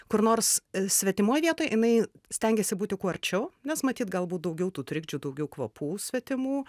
kur nors svetimoj vietoj jinai stengiasi būti kuo arčiau nes matyt galbūt daugiau tų trikdžių daugiau kvapų svetimų